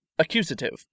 Accusative